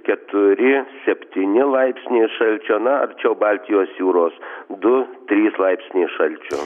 keturi septyni laipsniai šalčio na arčiau baltijos jūros du trys laipsniai šalčio